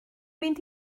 mynd